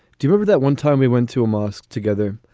do you ever that one time we went to a mosque together?